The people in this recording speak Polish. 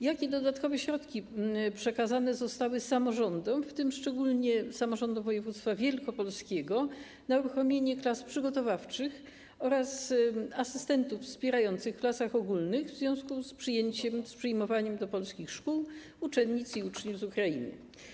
Jakie dodatkowe środki przekazane zostały samorządom, w tym szczególnie samorządom województwa wielkopolskiego, na uruchomienie klas przygotowawczych oraz asystentów wspierających w klasach ogólnych w związku z przyjmowaniem do polskich szkół uczennic i uczniów z Ukrainy?